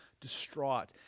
distraught